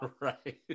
Right